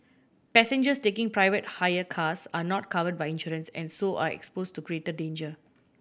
passengers taking private hire cars are not covered by insurance and so are expose to greater danger